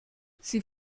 sie